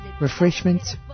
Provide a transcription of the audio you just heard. Refreshments